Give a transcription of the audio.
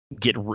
get